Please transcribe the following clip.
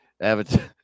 Avatar